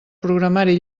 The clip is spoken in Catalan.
programari